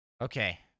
Okay